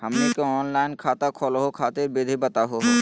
हमनी के ऑनलाइन खाता खोलहु खातिर विधि बताहु हो?